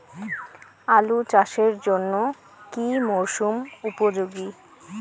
আলু চাষের জন্য কি মরসুম উপযোগী?